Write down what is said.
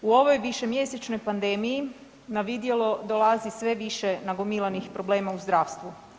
U ovoj višemjesečnoj pandemiji na vidjelo dolazi sve više nagomilanih problema u zdravstvu.